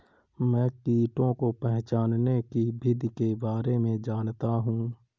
मैं कीटों को पहचानने की विधि के बारे में जनता हूँ